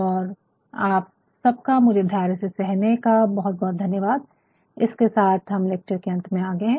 और आप सबका मुझे धैर्य से सहने का बहुत बहुत धन्यवाद और इसके साथ हम इस लेक्चर के अंत में आ गए है